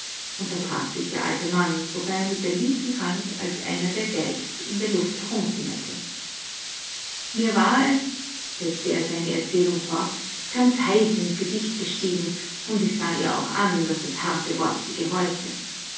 unterbrach sich der alte mann wobei er mit der linken hand als einer der geigt in der luft herumfingerte mir war es setzte er seine erzählung fort ganz heiß ins gesicht gestiegen und ich sah auch ihr an daß das harte wort sie gereute